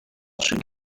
should